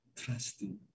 trusting